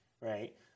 right